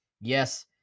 Yes